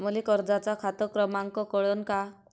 मले कर्जाचा खात क्रमांक कळन का?